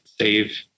save